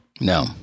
No